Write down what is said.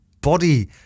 body